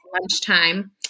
lunchtime